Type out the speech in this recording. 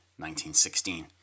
1916